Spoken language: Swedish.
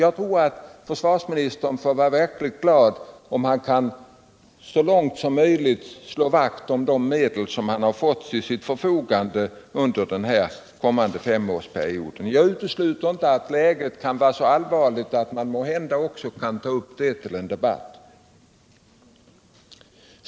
Jag tror att försvarsministern får vara glad, om han så långt som möjligt kan slå vakt om de medel som han fått till sitt förfogande under den kommande femårsperioden. Jag utesluter inte att läget kan vara så allvarligt att man måhända får ta upp försvarskostnaderna till en debatt.